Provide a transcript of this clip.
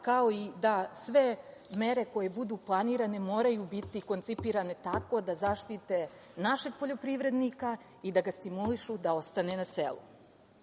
kao i da sve mere koje budu planirane moraju biti koncipirane tako da zaštite našeg poljoprivrednika i da ga stimulišu da ostane na selu.U